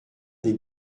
des